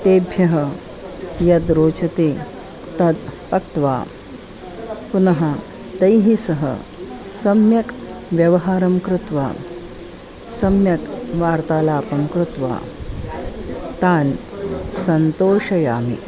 तेभ्यः यद् रोचते तद् पक्त्वा पुनः तैः सह सम्यक् व्यवहारं कृत्वा सम्यक् वार्तालापं कृत्वा तान् सन्तोषयामि